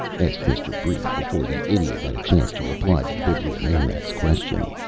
asked mr. brief before the idiot had a chance to reply to the bibliomaniac's question.